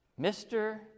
Mr